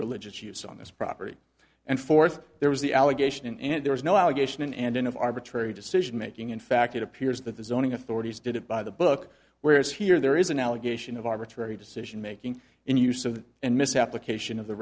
religious use on this property and fourth there was the allegation and there was no allegation and in of arbitrary decision making in fact it appears that the zoning authorities did it by the book whereas here there is an allegation of arbitrary decision making and use of and misapplication of the